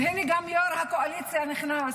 וגם יו"ר הקואליציה נכנס,